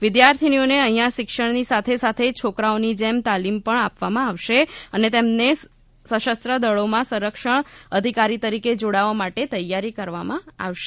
વિદ્યાર્થિનીઓને અહીંયા શિક્ષણની સાથે સાથે છોકરાઓની જેમ તાલીમ પણ આપવામાં આવશે અને તેમને સશસ્ત્ર દળોમાં સંરક્ષણ અધિકારી તરીકે જોડાવા માટે તૈયાર કરવામાં આવશે